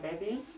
baby